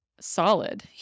solid